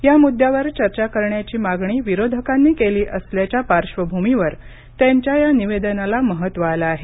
या मुद्द्यावर चर्चा करण्याची मागणी विरोधकांनी केली असल्याच्या पार्श्वभूमीवर त्यांच्या या निवेदनाला महत्त्व आलं आहे